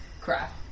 Crap